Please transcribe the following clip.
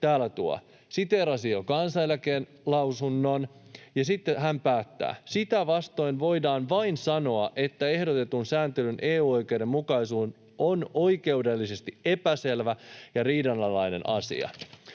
alueella. Siteerasin jo kansaneläkelausunnon. Ja sitten hän päättää: ”Sitä vastoin voidaan ’vain’ sanoa, että ehdotetun sääntelyn EU-oikeuden mukaisuus on oikeudellisesti epäselvä ja riidanalainen asia.”